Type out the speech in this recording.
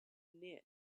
knit